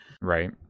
right